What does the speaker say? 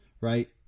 right